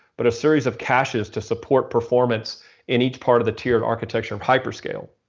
but a series of caches to support performance in each part of the tiered architecture of hyperscale.